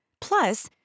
Plus